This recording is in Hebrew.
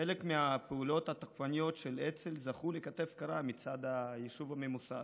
חלק מהפעולות התוקפניות של אצ"ל זכו לכתף קרה מצד היישוב הממוסד.